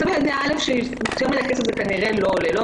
הצבא יודע שיותר מדי כסף זה כנראה לא עולה לו.